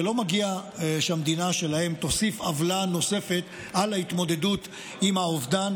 שלא מגיע להם שהמדינה שלהם תוסיף עוולה נוספת על ההתמודדות עם האובדן.